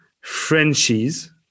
Frenchies